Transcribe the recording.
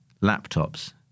Laptops